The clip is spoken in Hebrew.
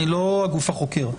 אני לא הגוף החוקר.